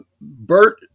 Bert